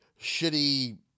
shitty